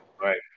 right